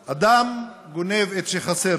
לב/ אדם גונב את שחסר